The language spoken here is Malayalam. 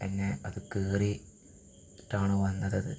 പിന്നെ അത് കയറിയിട്ടാണ് വന്നതത്